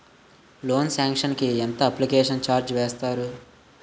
Loan sanction కి ఎంత application charge వేస్తారు?